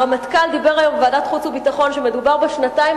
הרמטכ"ל אמר היום בוועדת החוץ והביטחון שמדובר בשנתיים